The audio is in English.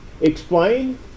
explain